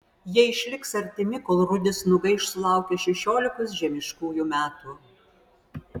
jie išliks artimi kol rudis nugaiš sulaukęs šešiolikos žemiškųjų metų